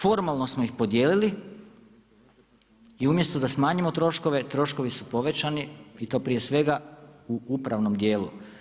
Formalno smo ih podijelili i umjesto da smanjimo troškove, troškovi su povećani i to prije svega u upravnom djelu.